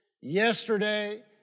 yesterday